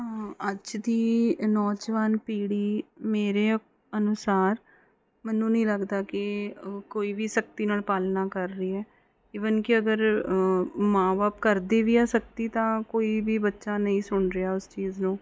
ਅੱਜ ਦੀ ਨੌਜਵਾਨ ਪੀੜ੍ਹੀ ਮੇਰੇ ਅਨੁਸਾਰ ਮੈਨੂੰ ਨਹੀਂ ਲੱਗਦਾ ਕਿ ਕੋਈ ਵੀ ਸਖਤੀ ਨਾਲ ਪਾਲਣਾ ਕਰ ਰਹੀ ਹੈ ਇਵਨ ਕਿ ਅਗਰ ਮਾਂ ਬਾਪ ਕਰਦੇ ਵੀ ਆ ਸਖਤੀ ਤਾਂ ਕੋਈ ਵੀ ਬੱਚਾ ਨਹੀਂ ਸੁਣ ਰਿਹਾ ਉਸ ਚੀਜ਼ ਨੂੰ